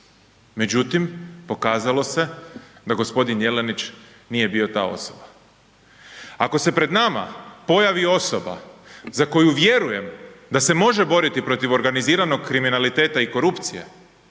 Međutim, pokazalo se da g. Jelenić nije bio ta osoba. Ako se pred nama pojavi osoba za koju vjerujem da se može boriti protiv organiziranog kriminaliteta i korupcije,